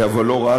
אבל לא רק,